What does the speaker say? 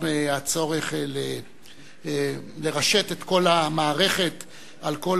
וגם מהצורך לרשת את כל המערכת על כל